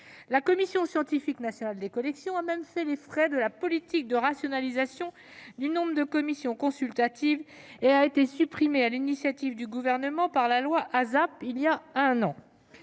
La Commission scientifique nationale des collections a même fait les frais de la politique de rationalisation du nombre des commissions consultatives et a été supprimée, sur l'initiative du Gouvernement, par la loi d'accélération